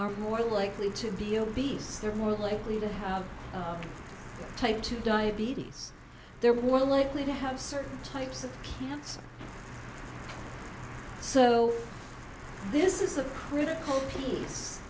are more likely to be obese they're more likely to have type two diabetes there were more likely to have certain types of cancer so this is a critical p